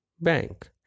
bank